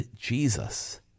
Jesus